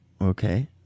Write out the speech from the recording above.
okay